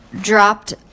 dropped